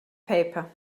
paper